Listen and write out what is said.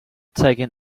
taking